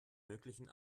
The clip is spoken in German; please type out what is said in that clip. möglichen